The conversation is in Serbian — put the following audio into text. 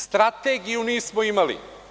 Strategiju nismo imali.